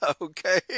okay